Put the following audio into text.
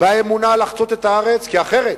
באמונה לחצות את הארץ, כי אחרת